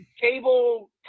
cable